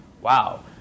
wow